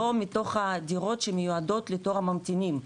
לא מתוך הדירות שמיועדות לתור הממתינים,